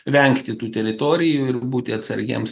vengti tų teritorijų ir būti atsargiems